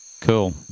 cool